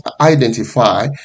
identify